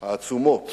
העצומות